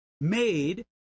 made